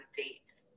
dates